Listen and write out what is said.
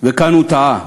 וכאן הוא טעה,